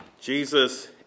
Jesus